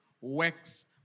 works